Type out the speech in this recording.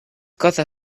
cosa